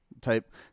type